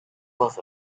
both